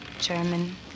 German